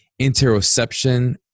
interoception